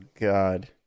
god